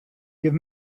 give